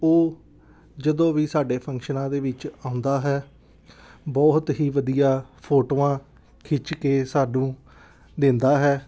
ਉਹ ਜਦੋਂ ਵੀ ਸਾਡੇ ਫੰਕਸ਼ਨਾਂ ਦੇ ਵਿੱਚ ਆਉਂਦਾ ਹੈ ਬਹੁਤ ਹੀ ਵਧੀਆ ਫੋਟੋਆਂ ਖਿੱਚ ਕੇ ਸਾਨੂੰ ਦਿੰਦਾ ਹੈ